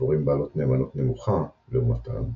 דבורים בעלות נאמנות נמוכה, לעומתן,